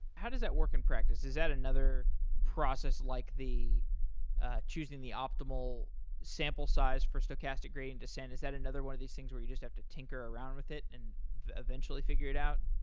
how does that work in practice? is that another process like ah choosing the optimal sample size for stochastic gradient descent? is that another one of these things where you just have to tinker around with it and eventually figure it out?